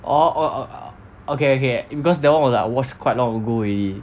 orh orh okay okay because that [one] is like watch quite long already